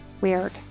weird